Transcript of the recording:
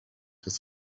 his